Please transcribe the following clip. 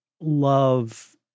love